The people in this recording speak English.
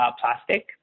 Plastic